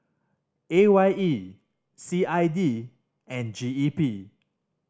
A Y E C I D and G E P